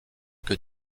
que